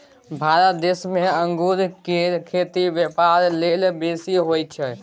भारत देश में अंगूर केर खेती ब्यापार लेल बेसी होई छै